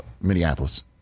Minneapolis